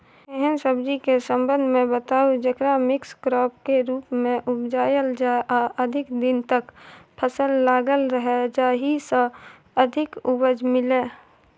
एहन सब्जी के संबंध मे बताऊ जेकरा मिक्स क्रॉप के रूप मे उपजायल जाय आ अधिक दिन तक फसल लागल रहे जाहि स अधिक उपज मिले?